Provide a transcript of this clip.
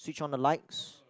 switch on the lights